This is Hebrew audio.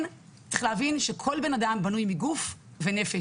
כן צריך להבין שכל בן אדם בנוי מגוף ונפש,